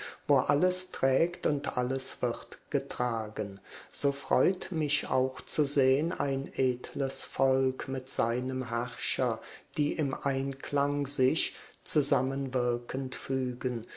wo alles trägt und alles wird getragen so freut mich auch zu sehn ein edles volk mit seinem herrscher die im einklang sich zusammenwirkend fügen